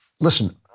listen